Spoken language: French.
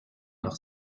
leurs